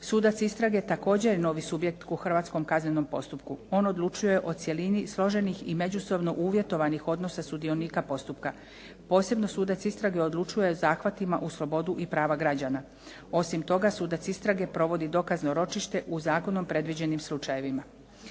Sudac istrage također je novi subjekt u hrvatskom kaznenom postupku. On odlučuje o cjelini složenih i međusobno uvjetovanih odnosa sudionika postupka. Posebno sudac istrage odlučuje o zahvatima u slobodu i prava građana. Osim toga, sudac istrage provodi dokazno ročište u zakonom predviđenim slučajevima.